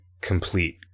complete